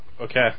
Okay